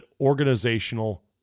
organizational